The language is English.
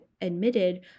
admitted